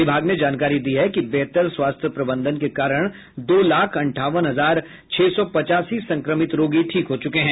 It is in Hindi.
विभाग ने जानकारी दी है कि बेहतर स्वास्थ्य प्रबंधन के कारण दो लाख अंठावन हजार छह सौ पचासी संक्रमित रोगी ठीक हो चुके हैं